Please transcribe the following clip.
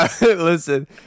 Listen